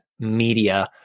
media